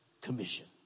commission